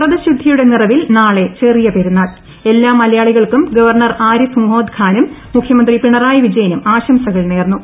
വ്രതശുദ്ധിയുടെ നിറവിൽ ന്റാള്ളൂചെറിയ പെരുന്നാൾ എല്ലാ മലയാളികൾക്കും ഗ്ര്വർണർ ആരിഫ് മുഹമ്മദ് ഖാനും മുഖ്യമന്ത്രി പിണ്റായി വിജയനും ആശംസകൾ നേർന്നു